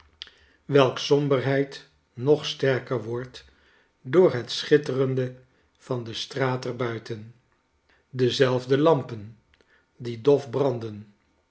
welks somberheid nog sterker wordt door het schitterende van de straat er buiten dezelfde lampen die dof branden